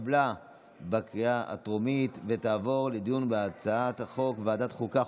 התקבלה בקריאה הטרומית ותעבור לדיון בהצעת החוק בוועדת החוקה,